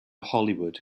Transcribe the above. hollywood